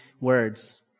words